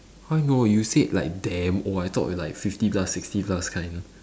how I know you say like damn old I thought it's like fifty plus sixty plus kind one